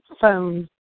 phone